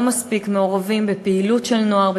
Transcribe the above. לא מספיק מעורבים בפעילות של נוער,